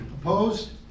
Opposed